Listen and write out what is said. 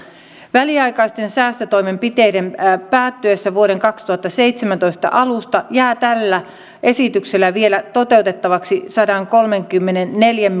väliaikaisten säästötoimenpiteiden päättyessä vuoden kaksituhattaseitsemäntoista alussa jää tällä esityksellä vielä toteutettavaksi sadankolmenkymmenenneljän